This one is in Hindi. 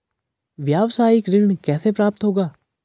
व्यावसायिक ऋण कैसे प्राप्त होगा?